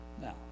Now